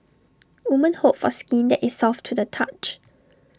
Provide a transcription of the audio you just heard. women hope for skin that is soft to the touch